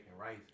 rice